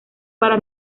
para